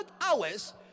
hours